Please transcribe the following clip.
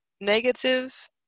negative